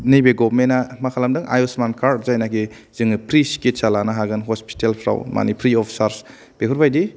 नैबे गभर्नमेन्टा मा खालामदों आयुसमान कार्ड जायनोखि जोङो फ्रि सिकित्सा लानो हागोन हस्पितालफ्राव माने फ्रि अफ चार्ज बेफोरबायदि